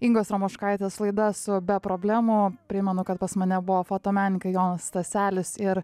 ingos ramoškaitės laida su be problemų primenu kad pas mane buvo fotomenininkai jonas staselis ir